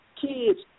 kids